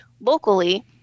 locally